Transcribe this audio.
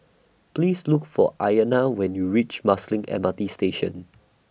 Please Look For Ayanna when YOU REACH Marsiling M R T Station